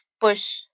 push